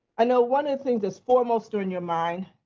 i know one of the things that's foremost on your mind,